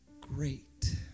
great